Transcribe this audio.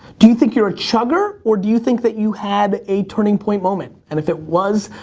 do you think you're a chugger, or do you think that you had a turning point moment, and if it was,